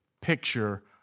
picture